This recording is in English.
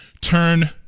turn